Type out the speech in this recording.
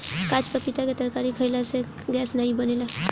काच पपीता के तरकारी खयिला से गैस नाइ बनेला